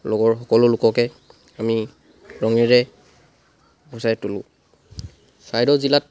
লগৰ সকলো লোককে আমি ৰঙেৰে উপচাই তুলোঁ চৰাইদেউ জিলাত